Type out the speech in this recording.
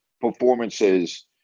performances